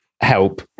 help